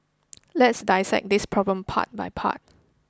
let's dissect this problem part by part